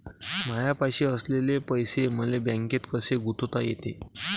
मायापाशी असलेले पैसे मले बँकेत कसे गुंतोता येते?